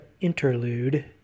interlude